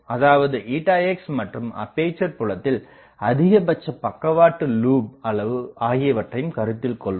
அதாவது ηx மற்றும் அப்பேசர் புலத்தில் அதிகபட்ச பக்கவாட்டு லூப் அளவு ஆகியவற்றையும் கருத்தில் கொள்வோம்